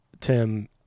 Tim